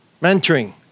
Mentoring